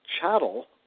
chattel